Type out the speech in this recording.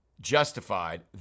justified